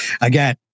Again